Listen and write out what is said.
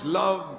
love